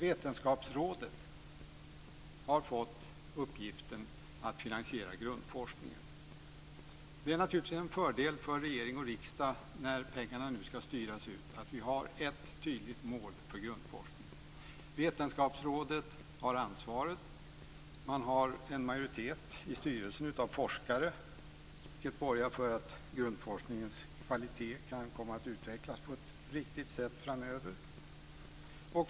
Vetenskapsrådet har fått uppgiften att finansiera grundforskningen. Det är en fördel för regering och riksdag, när pengarna ska styras ut, att vi har ett tydligt mål för grundforskningen. Vetenskapsrådet har ansvaret. En majoritet i styrelsen är forskare, vilket borgar för att grundforskningens kvalitet kan komma att utvecklas på ett riktigt sätt framöver.